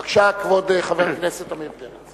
בבקשה, כבוד חבר הכנסת עמיר פרץ.